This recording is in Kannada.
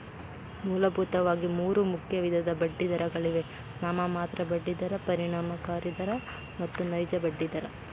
ಮೂಲಭೂತವಾಗಿ ಮೂರು ಮುಖ್ಯ ವಿಧದ ಬಡ್ಡಿದರಗಳಿವೆ ನಾಮಮಾತ್ರ ಬಡ್ಡಿ ದರ, ಪರಿಣಾಮಕಾರಿ ದರ ಮತ್ತು ನೈಜ ಬಡ್ಡಿ ದರ